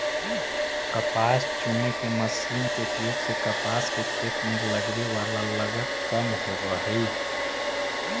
कपास चुने के मशीन के उपयोग से कपास के खेत में लगवे वाला लगत कम होवऽ हई